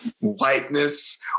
whiteness